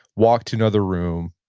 walk to another room,